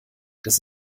das